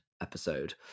episode